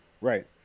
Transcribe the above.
right